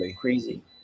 crazy